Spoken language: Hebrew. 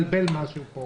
והתבלבל משהו פה.